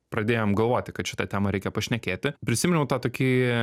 pradėjom galvoti kad šita tema reikia pašnekėti prisiminiau tą tokį